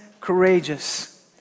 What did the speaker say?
courageous